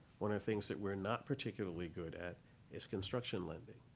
one of the things that we're not particularly good at is construction lending.